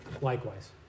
likewise